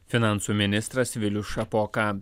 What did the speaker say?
finansų ministras vilius šapoka